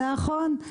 נכון, בדיוק.